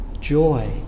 Joy